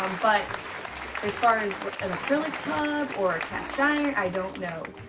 um but as far as an acrylic tub or a cast iron, i don't know.